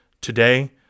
Today